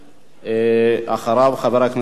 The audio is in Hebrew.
אחריו, חבר הכנסת ישראל אייכלר,